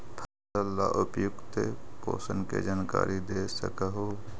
फसल ला उपयुक्त पोषण के जानकारी दे सक हु?